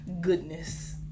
goodness